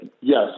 yes